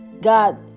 God